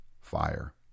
fire